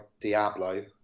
Diablo